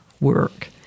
work